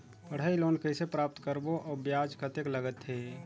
पढ़ाई लोन कइसे प्राप्त करबो अउ ब्याज कतेक लगथे?